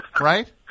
right